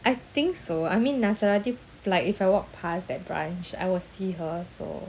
I think so I mean நான்:nan like if I walk past that branch I will see her so